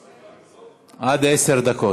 אלקין, עד עשר דקות.